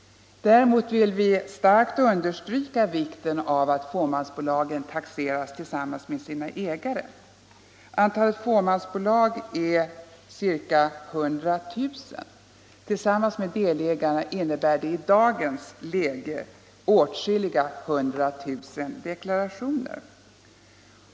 Däremot vill vi starkt understryka vikten av att fåmansbolagen taxeras tillsammans med sina ägare. Antalet fåmansbolag är ca 100 000. Tillsammans med delägarnas deklarationer innebär det i dagens läge åtskilliga hundra tusen deklarationer.